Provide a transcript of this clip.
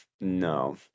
no